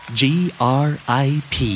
grip